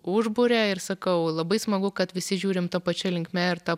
užburia ir sakau labai smagu kad visi žiūrim ta pačia linkme ir ta